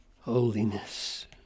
holiness